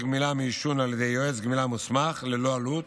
גמילה מעישון על ידי יועץ גמילה מוסמך ללא עלות.